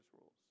rules